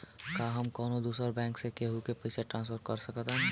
का हम कौनो दूसर बैंक से केहू के पैसा ट्रांसफर कर सकतानी?